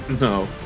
No